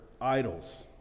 idols